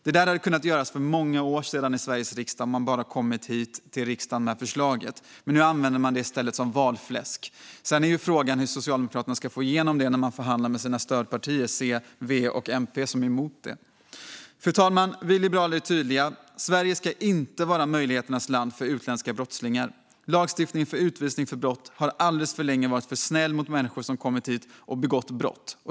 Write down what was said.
Det hade kunnat göras för många år sedan om man bara hade kommit hit till riksdagen med förslaget. Nu använder man det i stället som valfläsk. Men frågan är hur Socialdemokraterna ska få igenom det när de förhandlar med sina stödpartier, C, V och MP, som är emot det. Fru talman! Vi liberaler är tydliga: Sverige ska inte vara möjligheternas land för utländska brottslingar. Lagstiftningen när det gäller utvisning för brott har alldeles för länge varit för snäll mot människor som har kommit hit och begått brott.